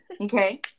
okay